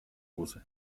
узы